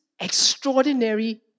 extraordinary